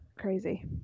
Crazy